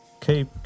keep